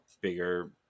bigger